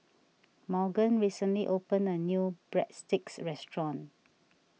Morgan recently opened a new Breadsticks restaurant